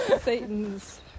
Satan's